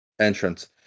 entrance